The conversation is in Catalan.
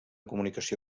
comunicació